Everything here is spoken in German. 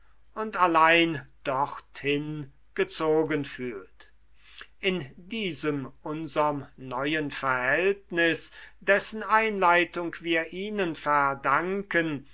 und allein dorthin gezogen fühlt in diesem unserm neuen verhältnis dessen einleitung wir ihnen verdanken